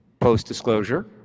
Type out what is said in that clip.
post-disclosure